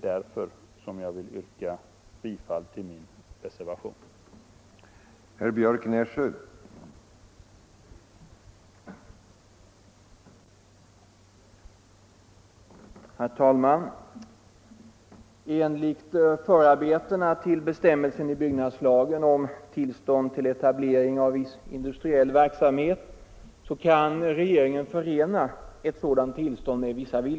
Därför vill jag yrka bifall till min reservation, som är försedd med beteckningen P. Oljeutvinningsplattformar